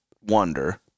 wonder